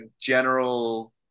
general